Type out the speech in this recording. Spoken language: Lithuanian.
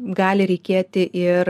gali reikėti ir